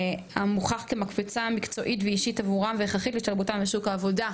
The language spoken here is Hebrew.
המוכח כמקפצה מקצועית ואישית עבורם והכרחית להשתלבותם בשוק העבודה.